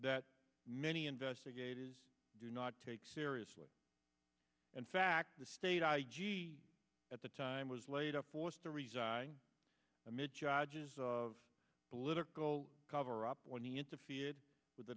that many investigators do not take seriously and fact the state at the time was laid up forced to resign amid charges of political cover up when he interfered with the